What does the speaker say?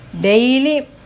daily